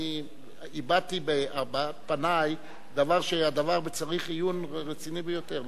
הבעתי בהבעת פני שהדבר צריך עיון רציני ביותר,